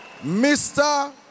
Mr